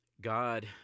God